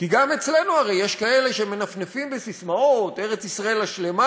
כי גם אצלנו הרי יש כאלה שמנפנפים בססמאות: ארץ ישראל השלמה,